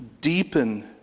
Deepen